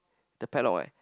the padlock why